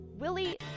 Willie